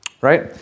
right